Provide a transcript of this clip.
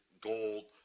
gold